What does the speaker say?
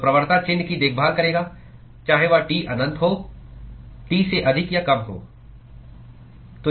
तो प्रवणता चिह्न की देखभाल करेगा चाहे वह T अनंत होT से अधिक या कम हो